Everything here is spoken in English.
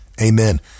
amen